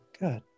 Good